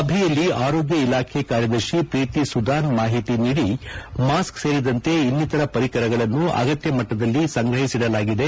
ಸಭೆಯಲ್ಲಿ ಆರೋಗ್ಯ ಇಲಾಖೆ ಕಾರ್ಯದರ್ಶಿ ಪ್ರೀತಿ ಸುಧನ್ ಮಾಹಿತಿ ನೀಡಿ ಮಾಸ್ಕ್ ಸೇರಿದಂತೆ ಇನ್ನಿತರ ಪರಿಕರಗಳನ್ನು ಅಗತ್ಯ ಮಟ್ಟದಲ್ಲಿ ಸಂಗ್ರಹಿಸಡಲಾಗಿದೆ